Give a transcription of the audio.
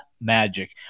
Magic